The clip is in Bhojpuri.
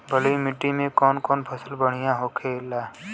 बलुई मिट्टी में कौन फसल बढ़ियां होखे ला?